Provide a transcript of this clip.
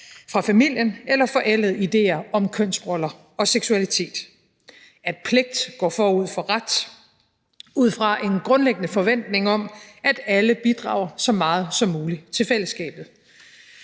fra familien eller forældede idéer om kønsroller og seksualitet; at pligt går forud for ret ud fra en grundlæggende forventning om, at alle bidrager så meget som muligt til fællesskabet.